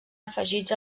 afegits